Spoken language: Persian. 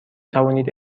توانید